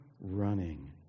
running